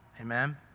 Amen